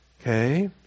Okay